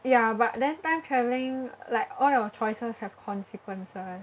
ya but then time travelling like all your choices have consequences